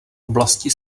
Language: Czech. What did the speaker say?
oblasti